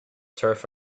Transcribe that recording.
turf